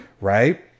Right